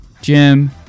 Jim